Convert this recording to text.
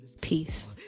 Peace